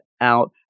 out